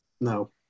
No